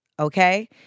Okay